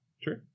Sure